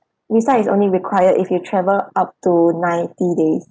visa is only required if you travel up to ninety days